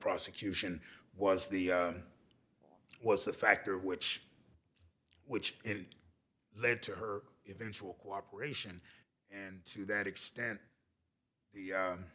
prosecution was the what was the factor which which led to her eventual cooperation and to that extent the